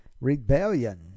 rebellion